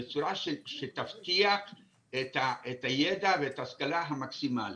ובצורה שתבטיח את הידע ואת ההשכלה המקסימלית.